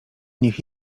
niech